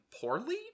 poorly